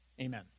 Amen